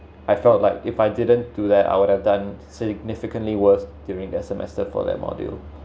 I felt like if I didn't do that I would have done significantly worse during the semester for that module